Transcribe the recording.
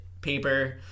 paper